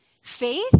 faith